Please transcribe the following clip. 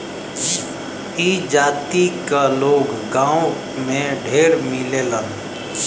ई जाति क लोग गांव में ढेर मिलेलन